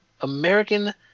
American